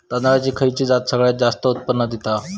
तांदळाची खयची जात सगळयात जास्त उत्पन्न दिता?